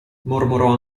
mormorò